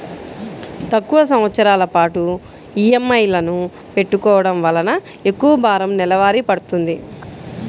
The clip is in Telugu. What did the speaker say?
తక్కువ సంవత్సరాల పాటు ఈఎంఐలను పెట్టుకోవడం వలన ఎక్కువ భారం నెలవారీ పడ్తుంది